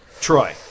troy